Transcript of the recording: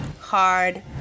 hard